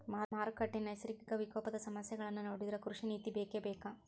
ಮಾರುಕಟ್ಟೆ, ನೈಸರ್ಗಿಕ ವಿಪಕೋಪದ ಸಮಸ್ಯೆಗಳನ್ನಾ ನೊಡಿದ್ರ ಕೃಷಿ ನೇತಿ ಬೇಕಬೇಕ